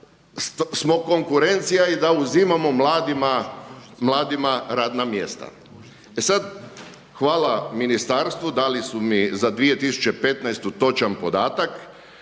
smo konkurencija i da uzimamo mladima radna mjesta. E sad, hvala ministarstvu. Dali su mi za 2015. točan podatak.